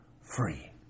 free